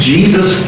Jesus